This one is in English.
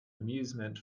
amusement